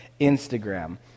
Instagram